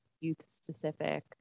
youth-specific